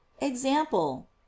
example